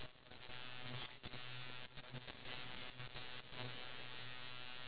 in the future right I actually have this plan that I wanted to do